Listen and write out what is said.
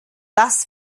das